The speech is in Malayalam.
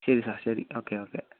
ശരി സാർ ശരി ഓക്കെ ഓക്കെ